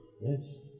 Yes